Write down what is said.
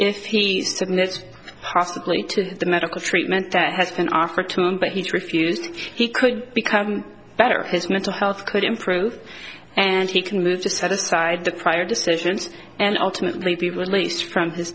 needs possibly to the medical treatment that has been offered to him but he's refused he could become better his mental health could improve and he can move to set aside the prior decisions and ultimately be released from this